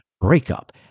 Breakup